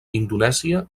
indonèsia